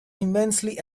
immensely